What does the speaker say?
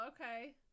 okay